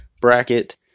bracket